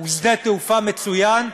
הוא שדה תעופה מצוין,